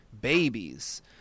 babies